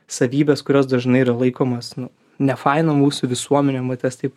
savybes kurios dažnai yra laikomos nu nefainom mūsų visuomenių va tas taip